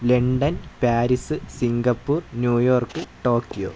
London Paris Singapore New York Tokyo